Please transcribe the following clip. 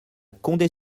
condé